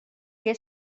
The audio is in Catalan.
què